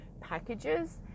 packages